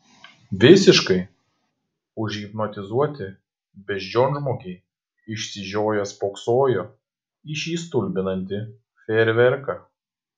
visiškai užhipnotizuoti beždžionžmogiai išsižioję spoksojo į šį stulbinantį fejerverką